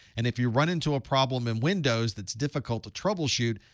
and if you run into a problem in windows that's difficult to troubleshoot,